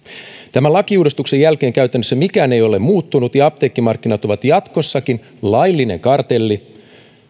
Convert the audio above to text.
tämän lakiuudistuksen jälkeen käytännössä mikään ei ole muuttunut ja apteekkimarkkinat ovat jatkossakin laillinen kartelli